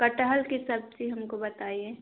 कटहल की सब्ज़ी हमको बताइए